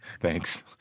Thanks